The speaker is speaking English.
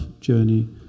journey